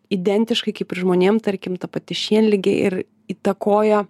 identiškai kaip ir žmonėm tarkim ta pati šienligė ir įtakoja